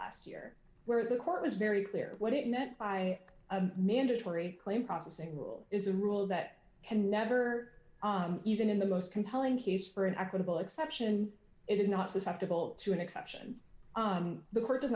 last year where the court was very clear what it meant by a mandatory claim processing rule is a rule that can never even in the most compelling case for an equitable exception it is not susceptible to an exception the court does